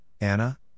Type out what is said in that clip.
Anna